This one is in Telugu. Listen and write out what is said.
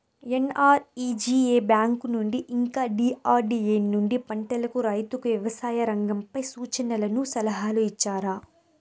ఎన్.ఆర్.ఇ.జి.ఎ బ్యాంకు నుండి ఇంకా డి.ఆర్.డి.ఎ నుండి పంటలకు రైతుకు వ్యవసాయ రంగంపై సూచనలను సలహాలు ఇచ్చారా